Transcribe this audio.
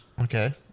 Okay